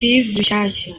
rushyashya